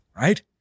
right